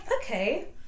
okay